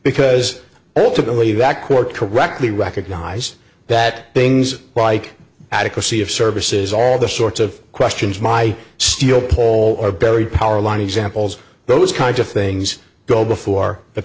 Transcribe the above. because ultimately that court correctly recognize that things like adequacy of services all the sorts of questions my steel paul barry powerline examples those kinds of things go before the